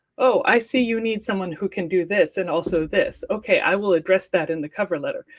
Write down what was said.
oh, i see you need someone who can do this and also this. okay, i will address that in the cover letter.